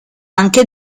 anche